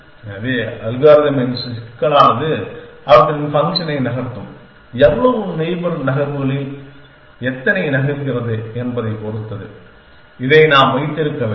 எனவே அல்காரிதமின் சிக்கலானது அவற்றின் ஃபங்க்ஷனை நகர்த்தும் எவ்வளவு நெய்பர் நகர்வுகளில் எத்தனை நகர்கிறது என்பதைப் பொறுத்தது இதை நாம் வைத்திருக்க வேண்டும்